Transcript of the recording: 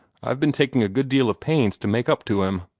i've been taking a good deal of pains to make up to him.